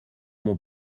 mon